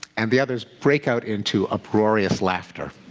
and the others break out into uproarious laughter.